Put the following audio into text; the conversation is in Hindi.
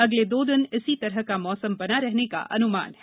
अगलादो दिन इसी तरह का मौसम बना रहन का अन्मान है